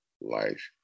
life